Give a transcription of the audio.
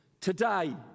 Today